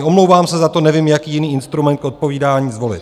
Omlouvám se za to, nevím, jaký jiný instrument k odpovídání zvolit.